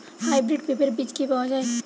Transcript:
Hybrid পেঁপের বীজ কি পাওয়া যায়?